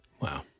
Wow